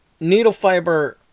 Needlefiber